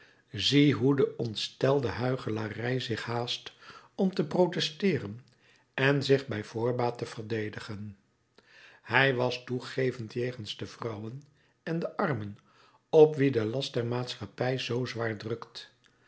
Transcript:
zie hoe de ontstelde huichelarij zich haast om te protesteeren en zich bij voorbaat te verdedigen hij was toegevend jegens de vrouwen en de armen op wie de last der maatschappij zoo zwaar drukt